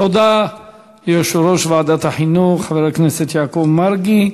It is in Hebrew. תודה ליושב-ראש ועדת החינוך חבר הכנסת יעקב מרגי.